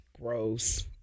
Gross